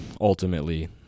ultimately